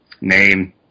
name